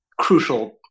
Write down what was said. crucial